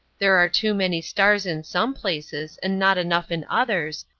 there are too many stars in some places and not enough in others,